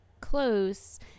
close